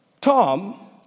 Tom